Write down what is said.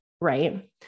Right